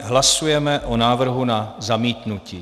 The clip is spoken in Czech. Hlasujeme o návrhu na zamítnutí.